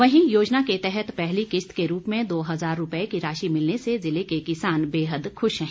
वहीं योजना के तहत पहली किस्त के रूप में दो हजार रुपये की राशि मिलने से ज़िले के किसान बेहद खुश हैं